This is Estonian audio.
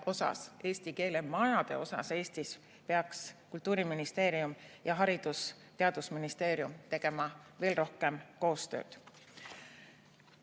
et eesti keele majade puhul Eestis peaksid Kultuuriministeerium ning Haridus- ja Teadusministeerium tegema veel rohkem koostööd.